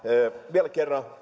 vielä kerran